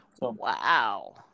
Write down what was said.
Wow